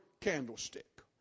candlestick